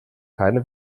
keine